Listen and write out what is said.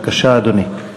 בבקשה, אדוני.